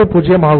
50 ஆகும்